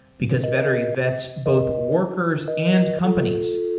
because vettery vets both workers and companies.